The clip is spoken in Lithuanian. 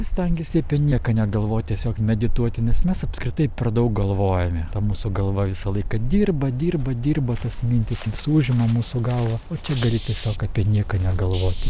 stengiesi apie nieką negalvot tiesiog medituoti nes mes apskritai per daug galvojame ta mūsų galva visą laiką dirba dirba dirba tos mintys vis užima mūsų galvą o čia gali tiesiog apie nieką negalvoti